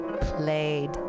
played